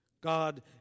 God